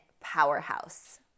powerhouse